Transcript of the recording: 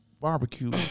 barbecue